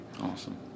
Awesome